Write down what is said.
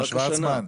רק השנה.